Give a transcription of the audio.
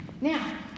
now